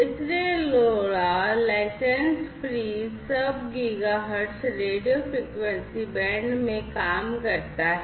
इसलिए LoRa licence free sub gigahertz radio frequency band में काम करता है